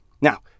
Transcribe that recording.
Now